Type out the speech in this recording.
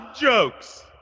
jokes